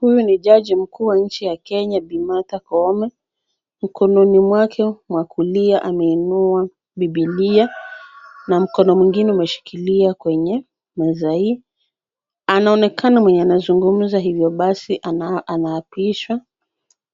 Huyu ni jaji mkuu wa nchi ya Kenya, Bi. Martha Koome. Mkononi mwake mwakulia ameinua Bibilia. Na mkono mwingine umeshikilia kwenye meza hii. Ana onekana mwenye anazungumza hivyo basi, anaapishwa.